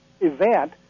event